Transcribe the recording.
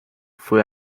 fue